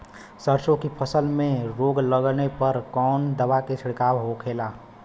सरसों की फसल में रोग लगने पर कौन दवा के छिड़काव होखेला?